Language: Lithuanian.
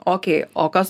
okei o kas